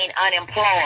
unemployed